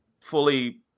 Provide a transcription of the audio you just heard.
fully